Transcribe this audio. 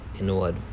inward